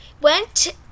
went